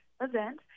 event